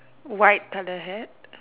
white colour hat